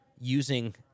using